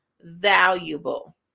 valuable